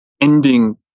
ending